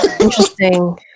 interesting